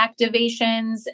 activations